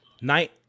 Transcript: Night